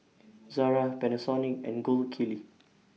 Zara Panasonic and Gold Kili